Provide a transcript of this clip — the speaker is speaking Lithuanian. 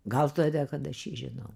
gal todėl kad aš jį žinau